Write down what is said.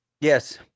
Yes